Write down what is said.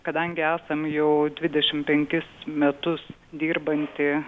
kadangi esam jau dvidešimt penkis metus dirbanti